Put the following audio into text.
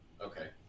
Okay